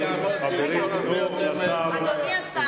אדוני השר,